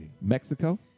Mexico